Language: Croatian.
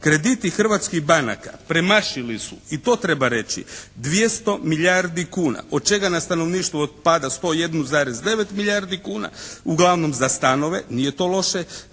krediti hrvatskih banaka premašili su, i to treba reći 200 milijardi kuna od čega na stanovništvo otpada 101,9 milijardi kuna uglavnom za stanove, nije to loše.